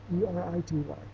E-R-I-T-Y